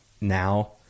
now